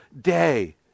day